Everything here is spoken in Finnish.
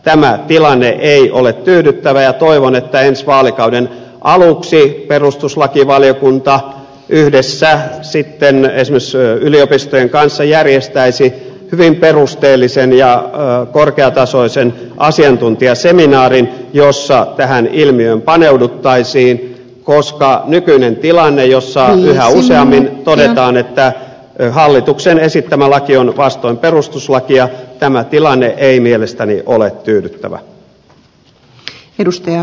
tämä tilanne ei ole tyydyttävä ja toivon että ensi vaalikauden aluksi perustuslakivaliokunta yhdessä esimerkiksi yliopistojen kanssa järjestäisi hyvin perusteellisen ja korkeatasoisen asiantuntijaseminaarin jossa tähän ilmiöön paneuduttaisiin koska nykyinen tilanne jossa yhä useammin todetaan että hallituksen esittämä laki on vastoin perustuslakia ei mielestäni ole tyydyttävä